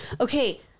okay